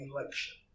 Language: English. election